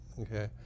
okay